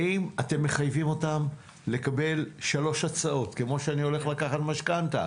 האם אתם מחייבים אותם לקבל שלוש הצעות כמו בזמן שאני הולך לקחת משכנתא?